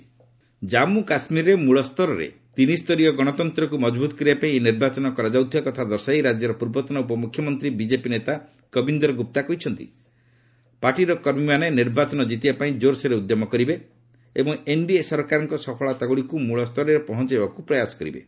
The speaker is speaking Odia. ଜାନ୍ମୁ କାଶ୍ମୀରରେ ମୂଳ ସ୍ତରରେ ତିନି ସ୍ତରୀୟ ଗଣତନ୍ତକୁ ମଜବୁତ କରିବା ପାଇଁ ଏହି ନିର୍ବଚାନ କରାଯାଉଥିବା କଥା ଦର୍ଶାଇ ରାଜ୍ୟର ପୂର୍ବତନ ଉପମୁଖ୍ୟମନ୍ତ୍ରୀ ବିଜେପି ନେତା କବିନ୍ଦର୍ ଗୁପ୍ତା କହିଛନ୍ତି ପାର୍ଟିର କର୍ମୀମାନେ ନିର୍ବାଚନ କ୍ରିତିବା ପାଇଁ ଜୋରସୋରରେ ଉଦ୍ୟମ କରିବେ ଏବଂ ଏନ୍ଡିଏ ସରକାରଙ୍କ ସଫଳତାଗୁଡ଼ିକୁ ମୂଳ ସ୍ତରରେ ପହଞ୍ଚାଇବାକୁ ପ୍ରୟାସ କରିବେ